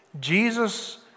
Jesus